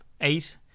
eight